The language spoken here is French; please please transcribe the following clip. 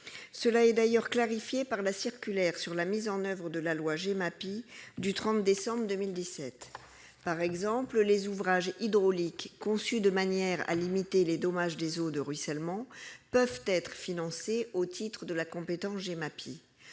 Cela est d'ailleurs clarifié par la circulaire sur la mise en oeuvre de la loi Gemapi du 30 décembre 2017. Par exemple, les ouvrages hydrauliques conçus de manière à limiter les dommages des eaux de ruissellement peuvent être financés au titre de la compétence Gemapi.